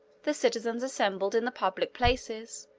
the citizens assembled in the public places,